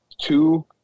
two